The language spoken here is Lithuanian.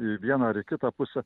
į vieną ar į kitą pusę